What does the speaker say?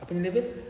apa nya level